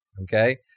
Okay